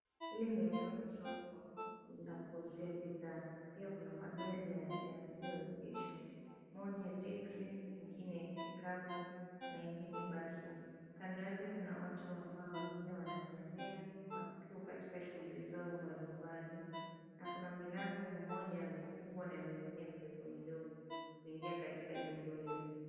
Hili ni eneo la soko la kuuzia bidhaa pia kuna magari ya yaliyoegeshwa moja ya teksi, nyingine pikapu na nyingine basi. Kando yake kuna watu ambao wengine wanatembea wakiwa katika shughuli zao mbalimbali na kuna milango mmoja mkubwa na mengine katika jengo hili.